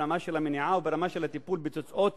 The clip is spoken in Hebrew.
ברמה של המניעה וברמה של הטיפול בתוצאות